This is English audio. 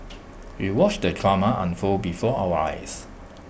we watched the drama unfold before our eyes